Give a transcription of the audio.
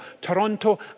Toronto